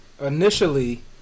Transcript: Initially